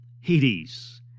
Hades